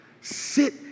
sit